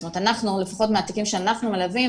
זאת אומרת אנחנו לפחות מהתיקים שאנחנו מלווים,